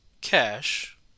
cash